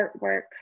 artwork